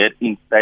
inside